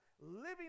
living